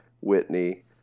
Whitney